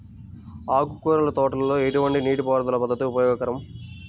ఆకుకూరల తోటలలో ఎటువంటి నీటిపారుదల పద్దతి ఉపయోగకరం?